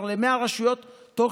100 רשויות כבר קיבלו,